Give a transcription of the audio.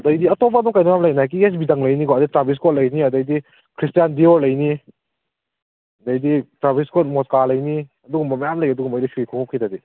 ꯑꯗꯒꯤꯗꯤ ꯑꯇꯣꯞꯄ ꯀꯩꯅꯣ ꯌꯥꯝ ꯂꯩ ꯅꯥꯏꯀꯤꯒꯤ ꯑꯦꯁ ꯕꯤ ꯗꯪ ꯂꯩꯅꯤꯀꯣ ꯑꯗꯒꯤ ꯇ꯭ꯔꯥꯕꯤꯁ ꯏꯁꯀꯣꯠ ꯂꯩꯅꯤ ꯑꯗꯩꯗꯤ ꯀ꯭ꯔꯤꯁꯇꯤꯌꯥꯟ ꯗꯤꯑꯣꯔ ꯂꯩꯅꯤ ꯑꯗꯩꯗꯤ ꯇ꯭ꯔꯥꯕꯤꯁ ꯀꯣꯠ ꯃꯣꯁꯀꯥ ꯂꯩꯅꯤ ꯑꯗꯨꯒꯨꯝꯕ ꯃꯌꯥꯝ ꯂꯩ ꯑꯗꯨꯒꯨꯝꯕꯒꯤꯗꯤ ꯁꯨꯏ ꯈꯨꯃꯨꯛꯀꯤꯗꯗꯤ